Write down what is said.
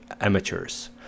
amateurs